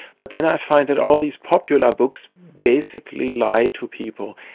but then i find that all these popular books basically lie to people.